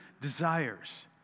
desires